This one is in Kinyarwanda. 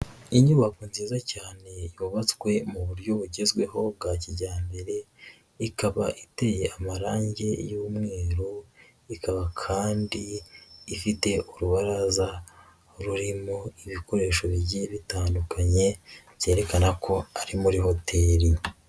Inyubako nziza cyane yubatswe mu buryo bugezweho bwa kijyambere, ikaba iteye amarangi y'umweru, ikaba kandi ifite urubaraza rurimo ibikoresho bigiye bitandukanye, byerekana ko ari muri hoteli.